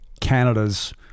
Canada's